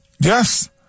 Yes